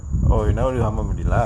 oh you never use kamal already lah